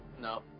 No